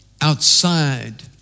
outside